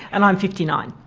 and i'm fifty nine.